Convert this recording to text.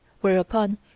Whereupon